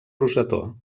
rosetó